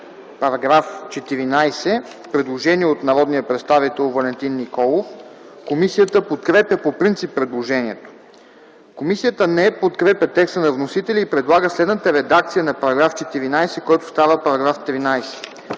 до § 15 - предложение от народния представител Валентин Николов. Комисията подкрепя предложението. Комисията не подкрепя текста на вносителя и предлага следната редакция на § 15, който става § 14: „§ 14.